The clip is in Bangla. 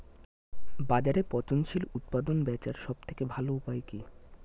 বাজারে পচনশীল উৎপাদন বেচার সবথেকে ভালো উপায় কি?